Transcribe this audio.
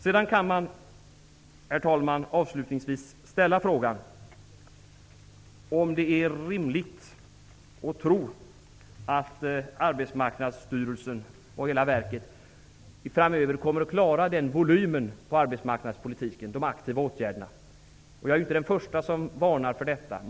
Sedan kan man -- avslutningsvis, herr talman -- ställa frågan om det är rimligt att tro att Arbetsmarknadsstyrelsen och hela verket framöver kommer att klara en sådan volymen på arbetsmarknadspolitiken, de aktiva åtgärderna. Jag är inte den förste som varnar för detta.